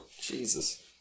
Jesus